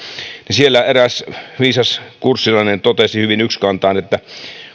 siellä eräs viisas kurssilainen totesi hyvin ykskantaan että